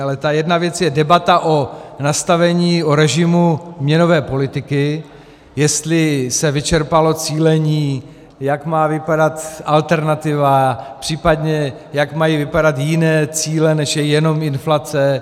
Ale ta jedna věc je debata o nastavení, o režimu měnové politiky, jestli se vyčerpalo cílení, jak má vypadat alternativa, případně jak mají vypadat jiné cíle, než je jenom inflace.